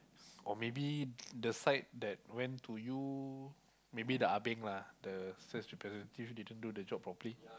or maybe the side that went to you maybe the ah-beng lah the sales representative didn't do the job properly